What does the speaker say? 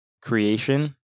creation